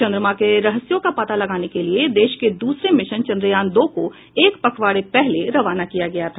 चंद्रमा के रहस्यों का पता लगाने के लिए देश के दूसरे मिशन चंद्रयान दो को एक पखवाड़े पहले रवाना किया गया था